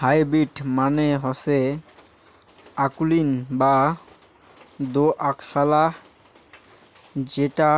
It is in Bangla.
হাইব্রিড মানে হসে অকুলীন বা দোআঁশলা যেটা